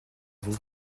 vous